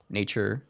nature